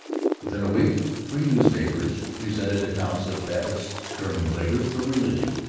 within a week three newspapers presented accounts of babbitt's sterling labors for religion,